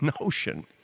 notion